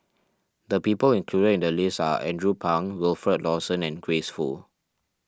the people included in the list are Andrew Phang Wilfed Lawson and Grace Fu